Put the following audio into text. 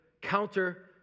counter